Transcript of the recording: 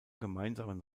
gemeinsamen